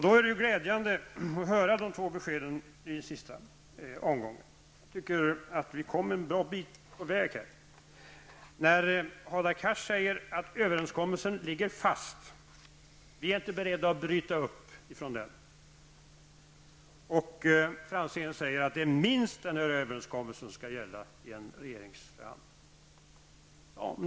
Då var det glädjande att höra beskeden från folkpartiet och centerpartiet i den senaste replikomgången. Jag tycker att vi har kommit en bra bit på vägen. Hadar Cars sade att överenskommelsen ligger fast och att folkpartiet inte är berett att bryta upp från den. Ivar Franzén sade att minst det som förutsätts i överenskommelsen skall gälla i regeringsförhandlingarna.